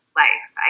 life